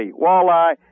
walleye